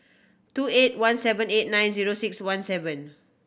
two eight one seven eight nine zero six one seven